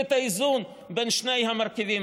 נגד החוק,